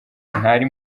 ntari